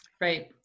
Right